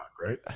right